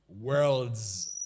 world's